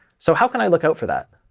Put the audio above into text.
so how can i look out for that?